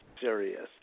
serious